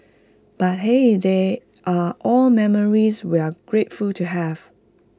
but hey they are all memories we're grateful to have